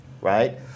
right